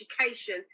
education